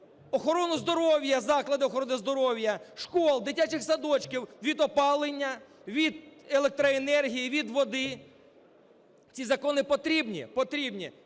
охорону здоров'я, заклади охорони здоров'я, шкіл, дитячих садочків від опалення, від електроенергії, від води. Ці закони потрібні?